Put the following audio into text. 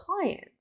clients